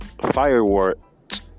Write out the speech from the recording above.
fireworks